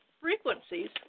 frequencies